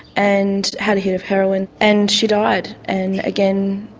and had a hit of heroin, and she died. and again,